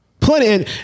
Plenty